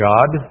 God